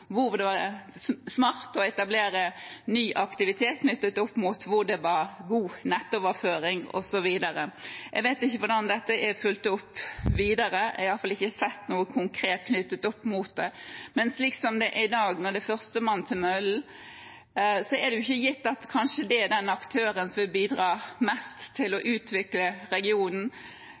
hvor det var smart å etablere ny aktivitet, knyttet opp mot hvor det var god nettoverføring, osv. Jeg vet ikke hvordan dette er fulgt opp videre. Jeg har iallfall ikke sett noe konkret knyttet opp mot det. Slik det er i dag, når det er førstemann til møllen, er det ikke gitt at det er den aktøren som kanskje vil bidra mest til å utvikle regionen,